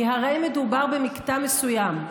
כי הרי מדובר על מקטע מסוים,